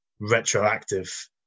retroactive